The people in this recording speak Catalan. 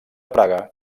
praga